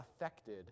affected